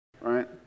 Right